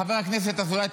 חבר הכנסת אזולאי,